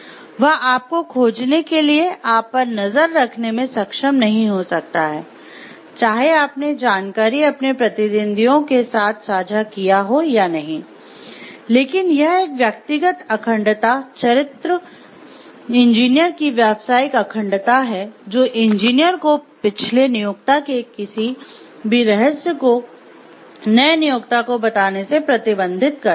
वह आपको खोजने के लिए आप पर नजर रखने में सक्षम नहीं हो सकता है चाहे आपने जानकारी अपने प्रतिद्वंदियों के साथ साझा किया हो या नहीं लेकिन यह एक व्यक्तिगत अखंडता चरित्र इंजीनियर की व्यावसायिक अखंडता है जो इंजीनियर को पिछले नियोक्ता के किसी भी रहस्य को नए नियोक्ता को बताने से प्रतिबंधित करता है